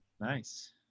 Nice